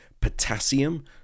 potassium